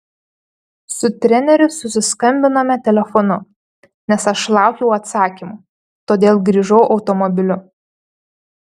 su treneriu susiskambinome telefonu nes aš laukiau atsakymų todėl grįžau automobiliu